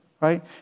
Right